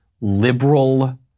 liberal